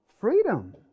freedom